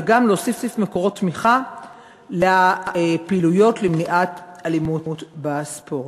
וגם להוסיף מקורות תמיכה לפעילויות למניעת אלימות בספורט.